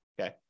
Okay